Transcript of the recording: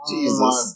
Jesus